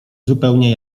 zupełnie